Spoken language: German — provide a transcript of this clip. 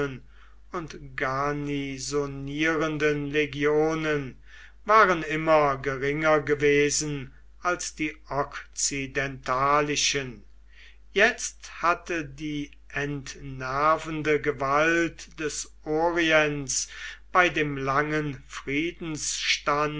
und garnisonierenden legionen waren immer geringer gewesen als die okzidentalischen jetzt hatte die entnervende gewalt des orients bei dem langen